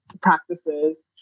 practices